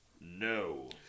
No